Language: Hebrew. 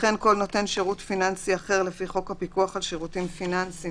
וכן כל נותן שירות פיננסי אחר לפי חוק הפיקוח על שירותים פיננסים